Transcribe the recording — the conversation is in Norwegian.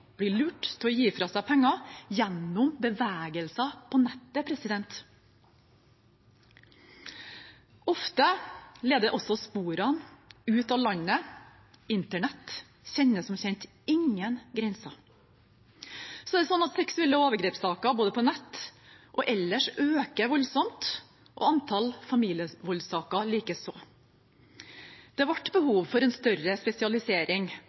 blir lurt til å gi fra seg penger gjennom bevegelser på nettet. Ofte leder sporene ut av landet, internett kjenner som kjent ingen grenser. Antallet seksuelle overgrepssaker både på nett og ellers øker voldsomt, og antallet familievoldssaker likeså. Det ble behov for en større spesialisering